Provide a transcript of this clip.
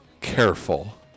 Careful